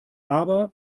aber